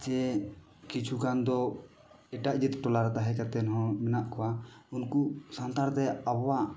ᱡᱮ ᱠᱤᱪᱷᱩᱜᱟᱱ ᱫᱚ ᱮᱴᱟᱜ ᱡᱟᱹᱛ ᱴᱚᱞᱟᱨᱮ ᱛᱟᱦᱮᱸ ᱠᱟᱛᱮᱫ ᱦᱚᱸ ᱢᱮᱱᱟᱜ ᱠᱚᱣᱟ ᱩᱱᱠᱩ ᱥᱟᱱᱛᱟᱲᱛᱮ ᱟᱵᱚᱣᱟᱜ